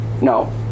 No